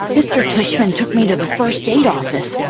mr. tushman took me to the first-aid office,